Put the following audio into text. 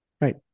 Right